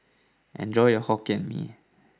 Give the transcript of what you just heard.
enjoy your Hokkien Mee